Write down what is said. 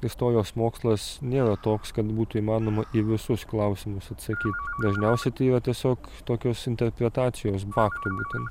istorijos mokslas nėra toks kad būtų įmanoma į visus klausimus atsakyti dažniausiai tai yra tiesiog tokios interpretacijos faktų būtent